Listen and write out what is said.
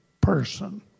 person